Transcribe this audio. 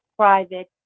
private